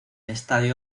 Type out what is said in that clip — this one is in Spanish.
estadio